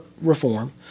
reform